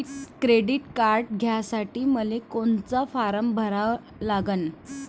Credit card घ्यासाठी मले कोनचा फारम भरा लागन?